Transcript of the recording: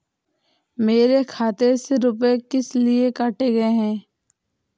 मेरे खाते से रुपय किस लिए काटे गए हैं?